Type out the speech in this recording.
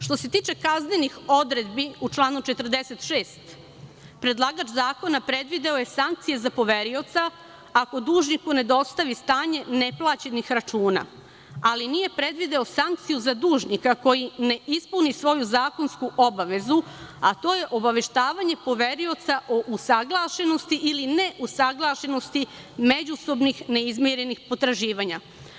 Što se tiče kaznenih odredbi, u članu 46. predlagač zakona predvideo je sankcije za poverioca ako dužniku ne dostavi stanje neplaćenih računa, ali nije predvideo sankciju za dužnika koji ne ispuni svoju zakonsku obavezu, a to je obaveštavanje poverioca o usaglašenosti ili neusaglašenosti međusobnih neizimirenih potraživanja.